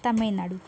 Tamil Nadu